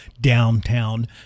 downtown